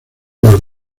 los